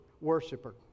worshiper